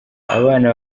abana